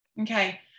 Okay